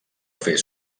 fer